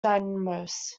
dynamos